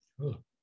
cool